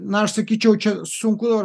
na aš sakyčiau čia sunku